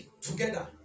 together